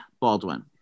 Baldwin